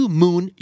moon